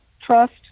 trust